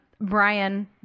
Brian